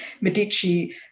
Medici